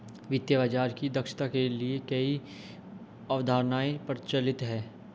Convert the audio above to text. वित्तीय बाजार की दक्षता के लिए कई अवधारणाएं प्रचलित है